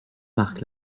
marque